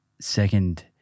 second